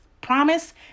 promise